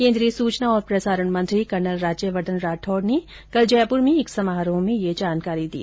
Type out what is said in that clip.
केन्द्रीय सूचना और प्रसारण मंत्री कर्नल राज्यवर्द्वन राठौड ने कल जयप्र में एक समारोह में यह जानकारी दी